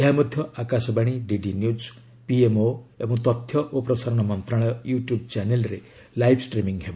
ଏହା ମଧ୍ୟ Akashvani DD news PMO ଏବଂ ତଥ୍ୟ ଓ ପ୍ରସାରଣ ମନ୍ତ୍ରଣାଳୟ ୟୁଟ୍ୟୁବ୍ ଚ୍ୟାନେଲ୍ରେ ଲାଇବ୍ ଷ୍ଟ୍ରିମିଂ ହେବ